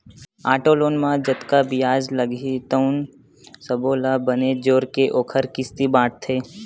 auto loan म जतका बियाज लागही तउन सब्बो ल बने जोरके ओखर किस्ती बाटथे